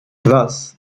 thus